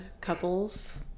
couples